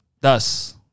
Thus